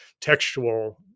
textual